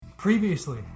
Previously